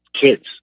kids